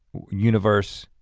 universe.